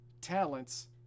talents